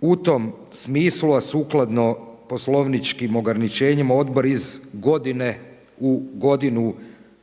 U tom smislu, a sukladno poslovničkim ograničenjima odbor iz godine u godinu